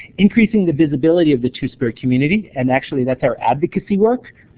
increasing the visibility of the two-spirit community, and actually that's our advocacy work.